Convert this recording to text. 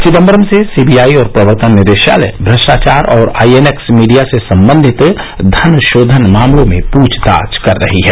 चिदम्बरम से सीबीआई और प्रवर्तन निदेशालय भ्रष्टाचार और आईएनएक्स मीडिया से संबंधित धन शोधन मामलों में पूछताछ कर रही है